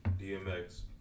DMX